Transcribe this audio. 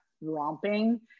romping